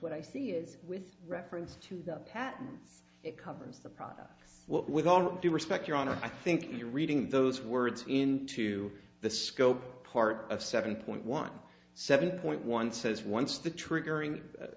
what i see is with reference to the patents it covers the product what with all due respect your honor i think you're reading those words into the scope part of seven point one seven point one says once the triggering